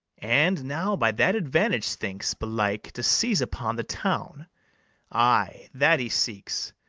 and now by that advantage thinks, belike, to seize upon the town ay, that he seeks.